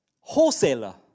wholesaler